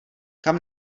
kam